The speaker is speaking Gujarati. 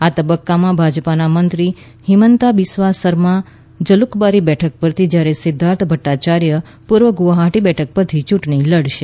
આ તબક્કામાં ભાજપાના મંત્રી હિમંતાં બિસવા સર્મા જલુકબારી બેઠક પરથી જ્યારે સિદ્ધાર્થ ભદ્દાચાર્ય પૂર્વગુવાહાટી બેઠક પરથી ચૂંટણી લડશે